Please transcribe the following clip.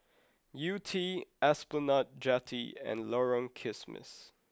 Yew Tee Esplanade Jetty and Lorong Kismis